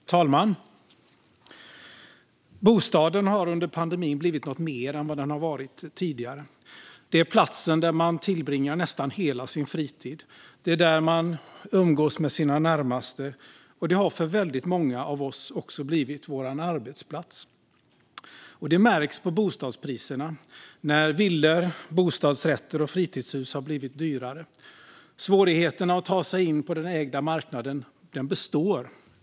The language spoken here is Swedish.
Fru talman! Bostaden har under pandemin blivit något mer än vad den har varit tidigare. Det är platsen man tillbringar nästan hela sin fritid, det är där man umgås med sina närmaste och den har för väldigt många av oss också blivit vår arbetsplats. Det märks på bostadspriserna när villor, bostadsrätter och fritidshus har blivit dyrare. Svårigheterna att ta sig in på den ägda marknaden består.